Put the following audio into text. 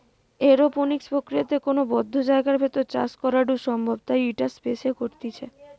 aeroponics প্রক্রিয়াতে কোনো বদ্ধ জায়গার ভেতর চাষ করাঢু সম্ভব তাই ইটা স্পেস এ করতিছে